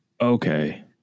okay